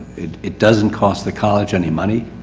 it, it doesn't cost the college any money.